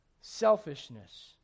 selfishness